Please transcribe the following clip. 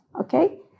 Okay